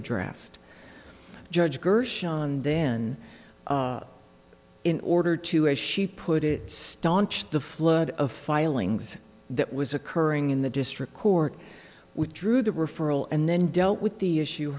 addressed judge gershon then in order to as she put it stanched the flood of filings that was occurring in the district court withdrew the referral and then dealt with the issue